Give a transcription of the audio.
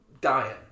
dying